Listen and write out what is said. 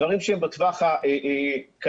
דברים שהם בטווח המיידי,